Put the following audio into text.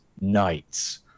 knights